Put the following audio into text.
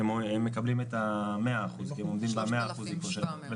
הם מקבלים את ה-100 אחוזים כי הם עומדים ב-100 אחוזים נכות.